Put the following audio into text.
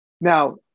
Now